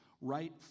right